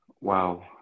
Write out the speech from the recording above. Wow